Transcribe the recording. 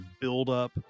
build-up